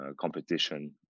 competition